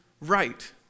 right